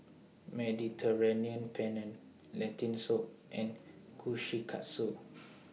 Mediterranean Penne Lentil Soup and Kushikatsu